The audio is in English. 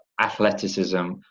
athleticism